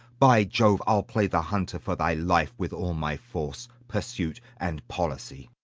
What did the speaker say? by jove, i'll play the hunter for thy life with all my force, pursuit, and policy.